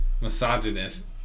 misogynist